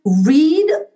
read